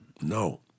No